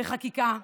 בחקיקה,